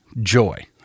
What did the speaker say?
joy